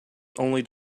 only